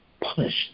punished